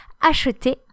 acheter